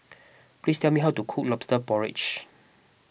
please tell me how to cook Lobster Porridge